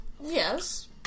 Yes